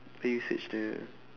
where you search at